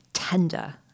tender